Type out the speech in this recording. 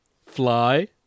Fly